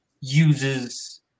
uses